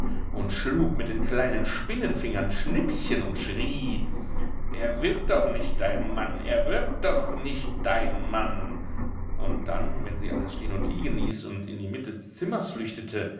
und schlug mit den kleinen spinnenfingern schnippchen und schrie er wird doch nicht dein mann er wird doch nicht dein mann und dann wenn sie alles stehn und liegen ließ und in die mitte des zimmers flüchtete